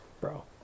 Bro